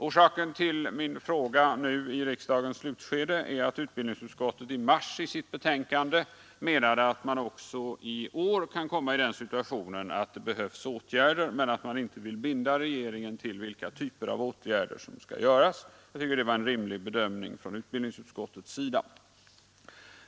Orsaken till att jag ställt en fråga nu i riksdagens slutskede är att utbildningsutskottet i mars i sitt betänkande menade att också i år den situationen kan uppstå att det behövs åtgärder men inte ville binda regeringen till vilka typer av åtgärder som skulle vidtas. Jag tycker att det var en rimlig bedömning från utbildningsutskottets sida.